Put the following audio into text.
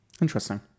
Interesting